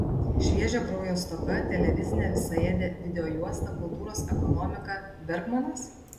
šviežio kraujo stoka televizinė visaėdė videojuosta kultūros ekonomika bergmanas